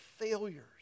failures